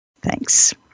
Thanks